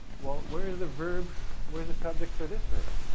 well, where's the verb? where's the subject for this verb?